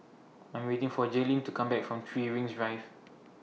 I Am waiting For Jaylyn to Come Back from three Rings Drive